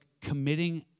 committing